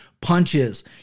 punches